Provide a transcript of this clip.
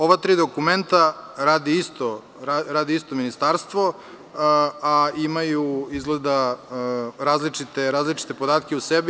Ova tri dokumenta radi isto ministarstvo, a imaju izgleda različite podatke u sebi.